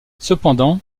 cependant